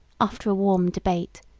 after a warm debate,